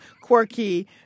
quirky